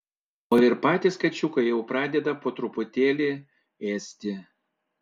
o ir patys kačiukai jau pradeda po truputėlį ėsti